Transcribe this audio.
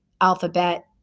alphabet